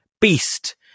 Beast